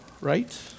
right